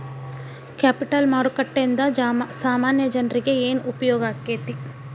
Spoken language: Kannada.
ಕ್ಯಾಪಿಟಲ್ ಮಾರುಕಟ್ಟೇಂದಾ ಸಾಮಾನ್ಯ ಜನ್ರೇಗೆ ಏನ್ ಉಪ್ಯೊಗಾಕ್ಕೇತಿ?